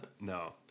No